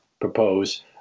propose